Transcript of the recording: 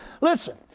Listen